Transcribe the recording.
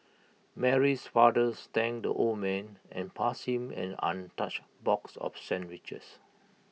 Mary's father thanked the old man and passed him an untouched box of sandwiches